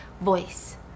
voice